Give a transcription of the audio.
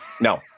no